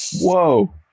Whoa